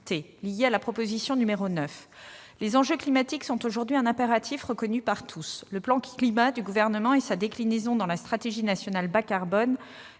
avec la proposition n° 9. Les enjeux climatiques sont aujourd'hui un impératif reconnu par tous. Le plan Climat du Gouvernement et sa déclinaison dans la stratégie nationale bas-carbone